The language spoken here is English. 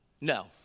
no